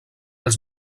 els